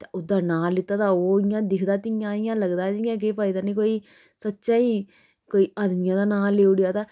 ते ओह्दा नांऽ लैता तां ओह् इ'यां दिखदा ते इयां लगदा जियां कि पता नी कोई सच्चें ही कोई आदमियें दा नांऽ लेई उड़ेआ ते